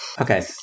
Okay